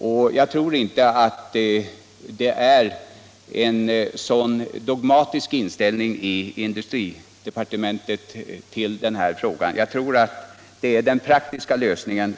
Och jag tror inte heller att man i industridepartementet har en sådan dogmatisk inställning till denna fråga utan att man säkerligen eftersträvar en praktisk lösning.